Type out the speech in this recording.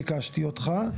ביקשתי אותך,